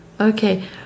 Okay